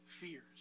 fears